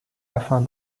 afin